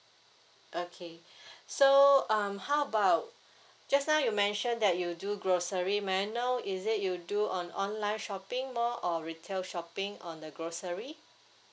okay so um how about just now you mention that you do grocery may I know is it you do on online shopping mall or retail shopping on the grocery